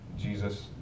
jesus